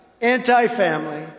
anti-family